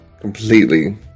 completely